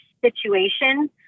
situation